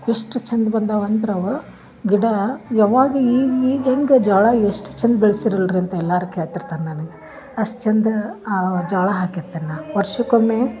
ಎಷ್ಟು ಚಂದ ಬಂದಾವ ಅಂದ್ರೆ ಅವು ಗಿಡ ಯಾವಾಗ ಈಗ ಈಗ ಹೆಂಗೆ ಜ್ವಾಳ ಎಷ್ಟು ಚಂದ ಬೆಳಿಸಿರ ಅಲ್ರಿ ಅಂತ ಎಲ್ಲಾರು ಕೇಳ್ತಿರ್ತಾರೆ ನನ್ಗೆ ಅಷ್ಟು ಚಂದ ಆ ಜ್ವಾಳ ಹಾಕಿರ್ತೀನಿ ನಾನು ವರ್ಷಕ್ಕೊಮ್ಮೆ